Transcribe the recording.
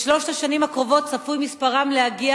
בשלוש השנים הקרובות צפוי שמספרם יגיע